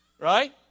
right